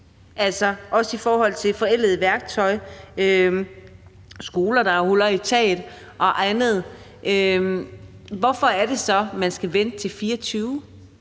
for hjælp, fordi der er forældet værktøj og skoler, der har huller i taget, og andet, hvorfor er det så, at man skal vente til 2024?